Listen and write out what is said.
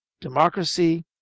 democracy